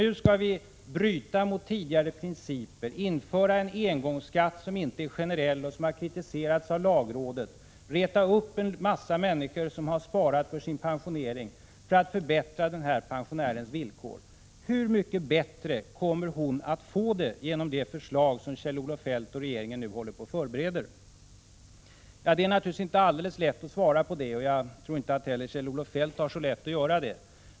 Nu skall vi bryta mot tidigare principer och införa en engångsskatt, som inte är generell, som kritiserats av lagrådet och som retat upp en massa människor som sparat för sin pensionering för att förbättra den här pensionärens villkor. Hur mycket bättre kommer hon att få det genom det förslag som Kjell-Olof Feldt och regeringen nu håller på att förbereda? Det är naturligtvis inte alldeles lätt att svara på den frågan, och jag tror inte heller att Kjell-Olof Feldt har så lätt att göra det.